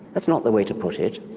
that's not the way to put it.